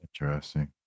interesting